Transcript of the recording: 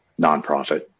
nonprofit